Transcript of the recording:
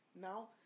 Now